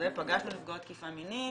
פגשנו נפגעות תקיפה מינית,